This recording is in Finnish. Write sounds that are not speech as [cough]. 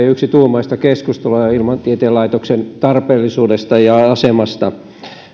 [unintelligible] yksituumaista keskustelua ilmatieteen laitoksen tarpeellisuudesta ja asemasta